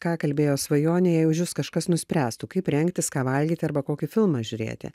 ką kalbėjo svajonė jei už jus kažkas nuspręstų kaip rengtis ką valgyti arba kokį filmą žiūrėti